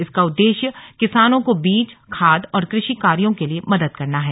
इसका उद्देश्य किसानों को बीज खाद और कृषि कार्यों के लिए मदद करना है